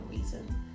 reason